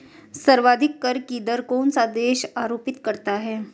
सर्वाधिक कर की दर कौन सा देश आरोपित करता है?